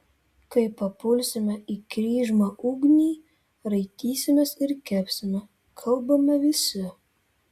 kai papulsime į kryžmą ugnį raitysimės ir kepsime kalbame visi